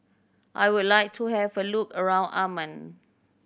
I would like to have a look around Amman